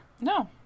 No